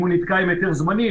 אם הוא נתקע עם היתר זמני,